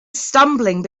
stumbling